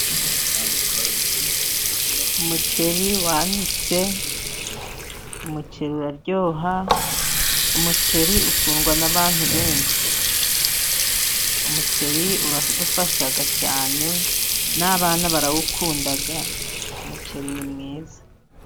Umuceri wanitse, umuceri uraryoha, umuceri ukundwa n'abantu benshi, umuceri uradufasha cyane n'abana barawukunda, umuceri ni mwiza.